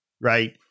right